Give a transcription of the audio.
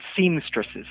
seamstresses